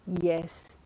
Yes